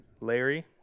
Larry